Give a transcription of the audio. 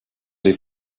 les